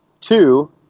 Two